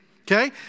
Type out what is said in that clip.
Okay